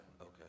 Okay